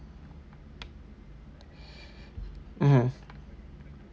mmhmm